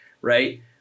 right